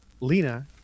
Lena